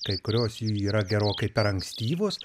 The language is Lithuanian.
kai kurios jų yra gerokai per ankstyvos